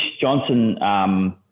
Johnson